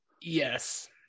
yes